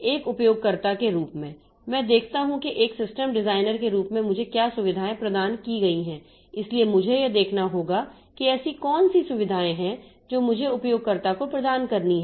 एक उपयोगकर्ता के रूप में मैं देखता हूं कि एक सिस्टम डिजाइनर के रूप में मुझे क्या सुविधाएं प्रदान की गई हैं इसलिए मुझे यह देखना होगा कि ऐसी कौन सी सुविधाएं हैं जो मुझे उपयोगकर्ताओं को प्रदान करनी हैं